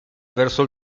verso